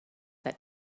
that